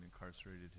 incarcerated